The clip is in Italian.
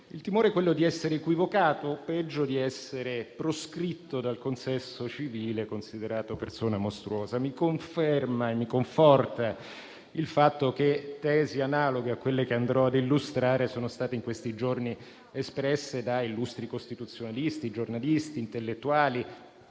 Il timore è quello di essere equivocato o peggio di essere proscritto dal consesso civile e considerato persona mostruosa. Mi conferma e mi conforta il fatto che tesi analoghe a quelle che andrò ad illustrare sono state in questi giorni espresse da illustri costituzionalisti, giornalisti, intellettuali